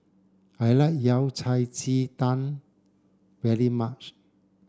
I like Yao Cai Ji Tang very much